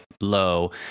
low